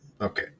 okay